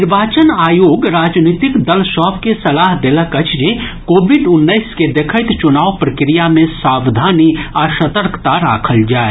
निर्वाचन आयोग राजनीतिक दल सभ के सलाह देलक अछि जे कोविड उन्नैस के देखैत चुनाव प्रक्रिया मे सावधानी आ सतर्कता राखल जाय